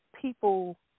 people